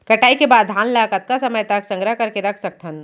कटाई के बाद धान ला कतका समय तक संग्रह करके रख सकथन?